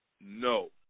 No